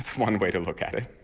one way to look at it.